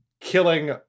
killing